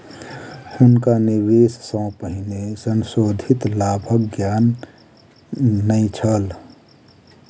हुनका निवेश सॅ पहिने संशोधित लाभक ज्ञान नै छल